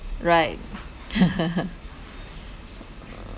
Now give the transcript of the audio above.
right